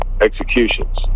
executions